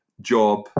job